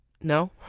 No